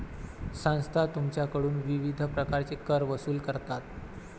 संस्था तुमच्याकडून विविध प्रकारचे कर वसूल करतात